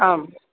आम्